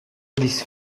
these